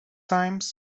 times